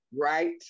Right